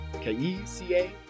K-E-C-A